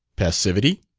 passivity?